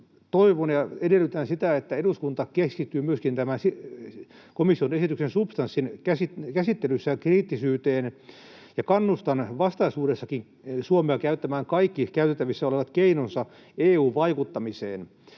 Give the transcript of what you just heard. Toivon ja edellytän sitä, että eduskunta keskittyy myöskin tämän komission esityksen substanssin käsittelyssä kriittisyyteen, ja kannustan vastaisuudessakin Suomea käyttämään kaikki käytettävissä olevat keinonsa EU-vaikuttamiseen